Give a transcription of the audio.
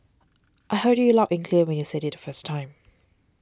I heard you loud and clear when you said it the first time